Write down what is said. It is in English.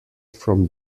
from